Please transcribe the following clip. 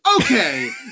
okay